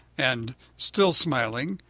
and, still smiling,